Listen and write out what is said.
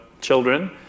children